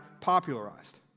popularized